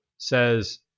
Says